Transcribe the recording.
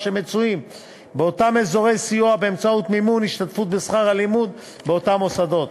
שמצויים באותם אזורי סיוע באמצעות מימון השתתפות בשכר הלימוד באותם מוסדות.